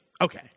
okay